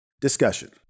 Discussion